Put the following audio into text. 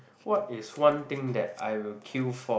what is one thing that I will queue for